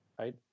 right